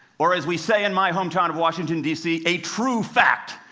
or, as we say in my hometown of washington, d c, a true fact.